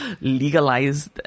legalized